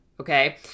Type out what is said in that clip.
Okay